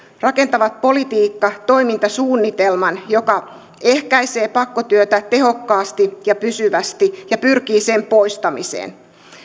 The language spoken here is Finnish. rakentavat politiikka ja toimintasuunnitelman joka ehkäisee pakkotyötä tehokkaasti ja pysyvästi ja pyrkii sen poistamiseen